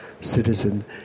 citizen